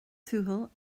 tuathail